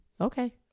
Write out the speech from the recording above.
Okay